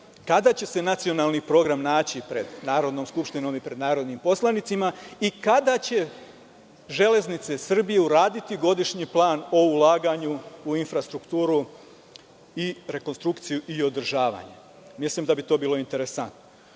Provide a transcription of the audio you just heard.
Kada će se nacionalni program naći pred Narodnom skupštinom i pred narodnim poslanicima? Kada će „Železnice Srbije“ uraditi godišnji plan o ulaganju u infrastrukturu i rekonstrukciju i održavanje? Mislim da bi to bilo interesanto. Što